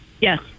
Yes